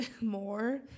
more